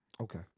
Okay